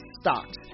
stocks